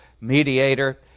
mediator